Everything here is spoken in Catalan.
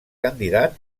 candidat